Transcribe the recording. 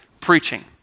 preaching